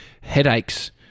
headaches